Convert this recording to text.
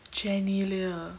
genelia